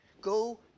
go